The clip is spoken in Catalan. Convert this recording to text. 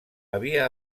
havia